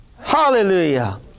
Hallelujah